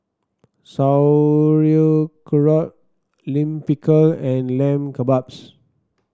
Sauerkraut Lime Pickle and Lamb Kebabs